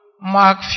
mark